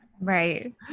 Right